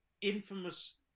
infamous